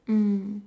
mm